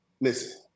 listen –